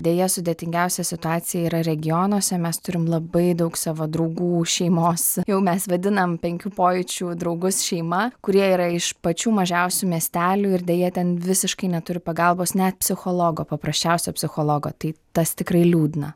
deja sudėtingiausia situacija yra regionuose mes turim labai daug savo draugų šeimos jau mes vadinam penkių pojūčių draugus šeima kurie yra iš pačių mažiausių miestelių ir deja ten visiškai neturi pagalbos net psichologo paprasčiausio psichologo tai tas tikrai liūdna